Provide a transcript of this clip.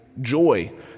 Joy